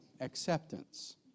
acceptance